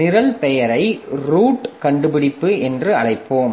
நிரல் பெயரை ரூட் கண்டுபிடிப்பு என்று அழைப்போம்